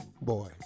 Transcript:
boy